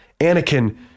Anakin